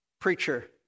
preacher